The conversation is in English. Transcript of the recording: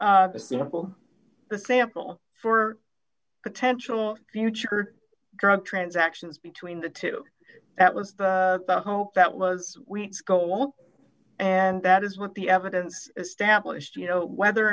a sample the sample for potential future drug transactions between the two that was the hope that was weeks go on and that is what the evidence established you know whether or